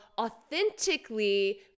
authentically